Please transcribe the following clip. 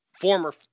former